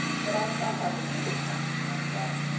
but i shall have a little time to myself,